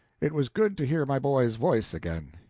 it was good to hear my boy's voice again.